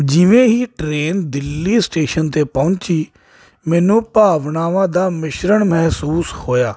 ਜਿਵੇਂ ਹੀ train Delhi station 'ਤੇ ਪਹੁੰਚੀ ਮੈਨੂੰ ਭਾਵਨਾਵਾਂ ਦਾ ਮਿਸ਼ਰਣ ਮਹਿਸੂਸ ਹੋਇਆ